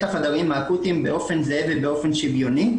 החדרים האקוטיים באופן זהה ושוויוני,